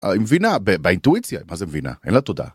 המבינה באינטואיציה מה זה מבינה אין לה תודעה.